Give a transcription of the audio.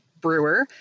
Brewer